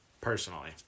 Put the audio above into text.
personally